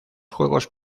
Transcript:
juegos